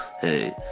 Hey